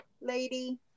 lady